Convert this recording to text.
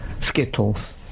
Skittles